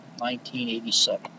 1987